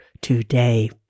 today